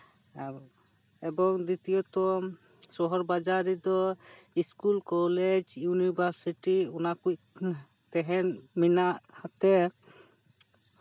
ᱮᱵᱚᱝ ᱫᱤᱛᱤᱭᱚ ᱛᱚ ᱥᱚᱦᱚᱨ ᱵᱟᱡᱟᱨ ᱨᱮᱫᱚ ᱥᱠᱩᱞ ᱠᱚᱞᱮᱡᱽ ᱤᱭᱩᱱᱤᱵᱟᱨᱥᱤᱴᱤ ᱚᱱᱟ ᱠᱚ ᱛᱮᱦᱮᱱ ᱢᱮᱱᱟᱜ ᱛᱮ